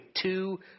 two